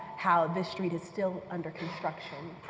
how the street is still under construction.